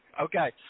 Okay